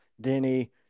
Denny